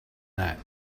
that